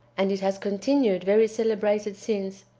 and it has continued very celebrated since,